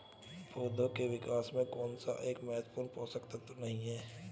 पौधों के विकास में कौन सा एक महत्वपूर्ण पोषक तत्व नहीं है?